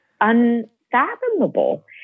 unfathomable